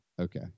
okay